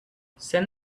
send